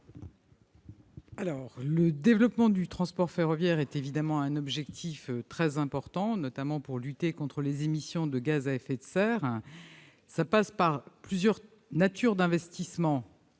Le développement du transport ferroviaire est évidemment un objectif très important, notamment pour lutter contre les émissions de gaz à effet de serre. Il passe par plusieurs types d'investissements.